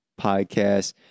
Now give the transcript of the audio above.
podcast